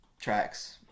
tracks